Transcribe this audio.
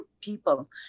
people